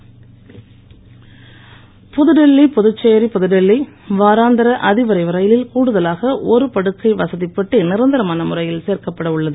ரயில் புதுடில்லி புதுச்சேரி புதுடில்லி வாராந்திர அதி விரைவு ரயிலில் கூடுதலாக ஒரு படுக்கை வசதிப் பெட்டி நிரந்தரமான முறையில் சேர்க்கப்பட உள்ளது